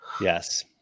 Yes